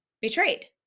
betrayed